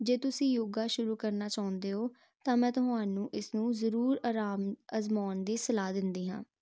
ਜੇ ਤੁਸੀਂ ਯੋਗਾ ਸ਼ੁਰੂ ਕਰਨਾ ਚਾਹੁੰਦੇ ਹੋ ਤਾਂ ਮੈਂ ਤੁਹਾਨੂੰ ਇਸ ਨੂੰ ਜ਼ਰੂਰ ਆਰਾਮ ਅਜ਼ਮਾਉਣ ਦੀ ਸਲਾਹ ਦਿੰਦੀ ਹਾਂ